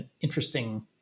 interesting